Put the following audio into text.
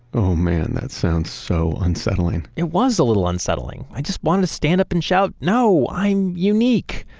oh man, that sounds so unsettling it was a little unsettling. i just wanted to stand up and shout no i'm unique.